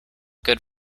good